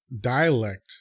dialect